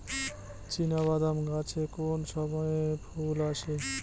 চিনাবাদাম গাছে কোন সময়ে ফুল আসে?